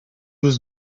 was